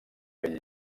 bell